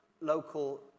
local